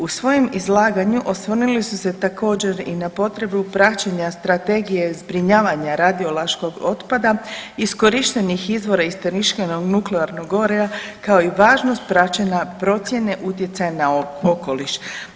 U svojem izlaganju osvrnuli se također i na potrebu praćenja Strategije zbrinjavanja radiološkog otpada iskorištenih izvora iskorištenog nuklearnog goriva kao i važnost praćenja procjena utjecaja na okoliš.